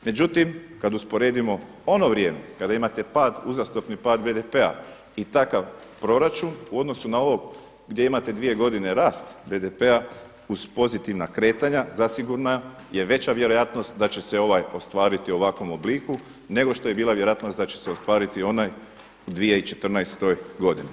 Međutim kada usporedimo ono vrijeme, kada imate pad, uzastopni pad BDP-a i takav proračun u odnosu na ovo gdje imate 2 godine rast BDP-a uz pozitivna kretanja zasigurno je veća vjerojatnost da će se ovaj, ostvariti u ovakvom obliku nego što je bila vjerojatno da će se ostvariti onaj u 2014. godini.